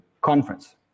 conference